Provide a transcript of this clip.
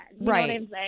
Right